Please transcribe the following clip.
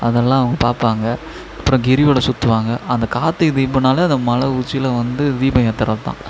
அதெல்லாம் அவங்க பார்ப்பாங்க அப்புறம் கிரிவலம் சுற்றுவாங்க அந்த கார்த்திகை தீபம்னாலே அந்த மலை உச்சியில் வந்து தீபம் ஏத்துறது தான்